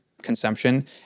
Consumption